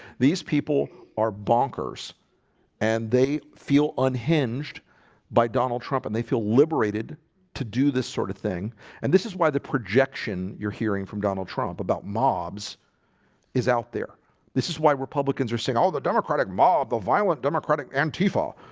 these people are bonkers and they feel unhinged by donald trump and they feel liberated to do this sort of thing and this is why the projection you're hearing from donald trump about mobs is out there this is why republicans are saying all the democratic ma the violent democratic and tifa